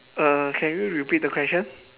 uh can you repeat the question